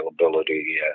availability